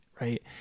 right